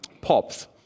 pops